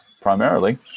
primarily